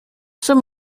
some